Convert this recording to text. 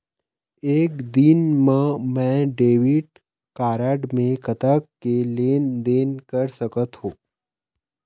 एक दिन मा मैं डेबिट कारड मे कतक के लेन देन कर सकत हो?